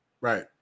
Right